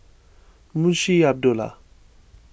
Munshi Abdullah